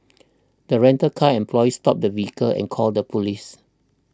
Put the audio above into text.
the rental car employee stopped the vehicle and called the police